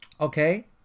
Okay